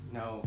no